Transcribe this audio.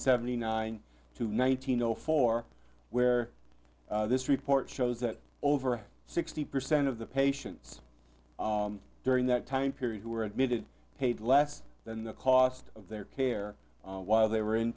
seventy nine to nineteen zero four where this report shows that over sixty percent of the patients during that time period who were admitted paid less than the cost of their care while they were in